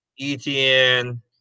ETN